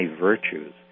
virtues